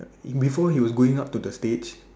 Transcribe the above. before he was going up to the stage